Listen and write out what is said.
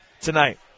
tonight